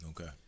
Okay